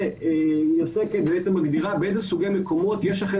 והיא בעצם מגדירה באיזה סוגי מקומות יש אכן